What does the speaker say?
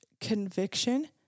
conviction